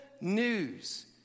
news